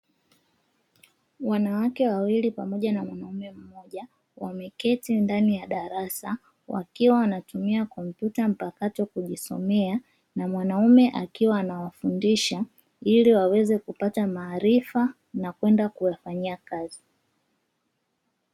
Wanawake wawili pamoja na mwanaume mmoja wameketi ndani ya darasa, wakiwa wanatumia kompyuta mpakato kujisomea na mwanaume akiwa anawafundisha ili wapate maarifa na kwenda kuyafanyia kazi.